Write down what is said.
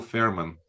Fairman